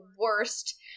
worst